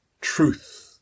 truth